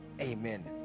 amen